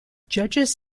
judges